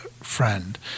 friend